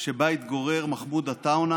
שבה התגורר מחמוד עטאונה,